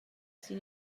sin